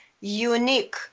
unique